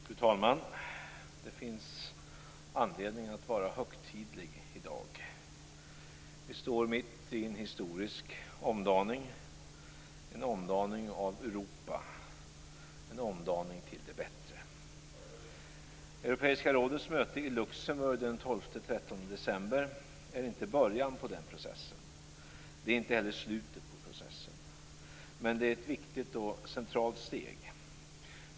Fru talman! Det finns anledning att vara högtidlig i dag. Vi står mitt i en historisk omdaning - en omdaning av Europa, en omdaning till det bättre. 13 december är inte början på den processen. Det är inte heller slutet på processen. Men det är ett viktigt och centralt steg.